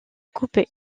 coupés